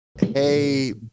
Hey